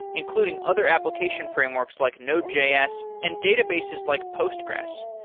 including other application frameworks like node js and databases like postgresql.